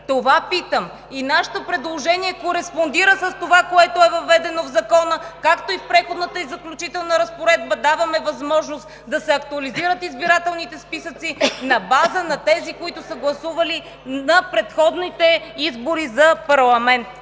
Това питам. И нашето предложение кореспондира с това, което е въведено в Закона, както и в Преходната и заключителна разпоредба даваме възможност да се актуализират избирателните списъци на база на тези, които са гласували на предходните избори за парламент.